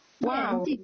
Wow